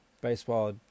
baseball